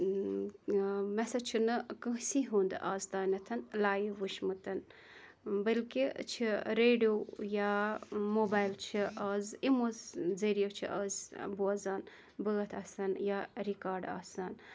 مےٚ ہَسا چھُ نہٕ کٲنٛسی ہُنٛد آز تاینَتھ لایِو وٕچھمُت بٔلکہِ چھِ ریڈِیو یا موبایِل چھِ آز اِمو ذریعہِ چھِ اَز بوزان بٲتھ آسَن یا رِکاڈ آسان